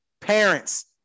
Parents